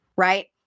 right